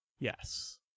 Yes